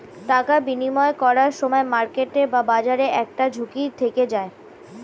টাকা বিনিয়োগ করার সময় মার্কেট বা বাজারের একটা ঝুঁকি থেকে যায়